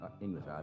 English